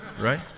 right